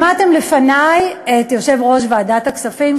שמעתם לפני את יושב-ראש ועדת הכספים,